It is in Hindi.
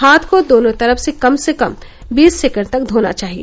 हाथ को दोनों तरफ से कम से कम बीस सेकेण्ड तक धोना चाहिए